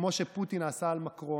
כמו שפוטין עשה על מקרון.